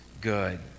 good